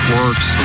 works